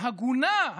ההגונה,